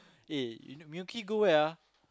eh you know Milky go where